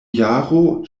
jaro